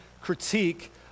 critique